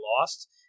lost